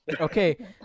Okay